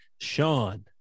Sean